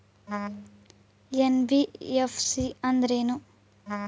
NBFC ಅಂದ್ರೇನು?